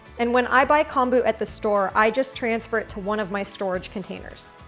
and when i buy kombu at the store, i just transfer it to one of my storage containers.